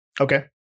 Okay